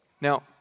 Now